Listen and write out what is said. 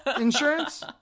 insurance